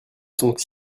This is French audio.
sont